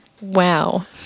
Wow